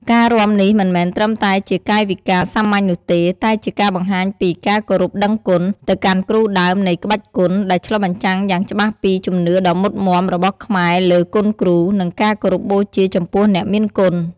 ការរាំនេះមិនមែនត្រឹមតែជាកាយវិការសាមញ្ញនោះទេ តែជាការបង្ហាញពី ការគោរពដឹងគុណ ទៅកាន់គ្រូដើមនៃក្បាច់គុន ដែលឆ្លុះបញ្ចាំងយ៉ាងច្បាស់ពី ជំនឿដ៏មុតមាំរបស់ខ្មែរលើគុណគ្រូ និងការគោរពបូជាចំពោះអ្នកមានគុណ។